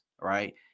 right